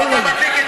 אבל אתה מקריא,